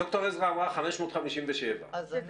ד"ר עזרא אמרה 557. שזה